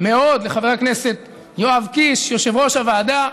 מאוד לחבר הכנסת יואב קיש, יושב-ראש הוועדה,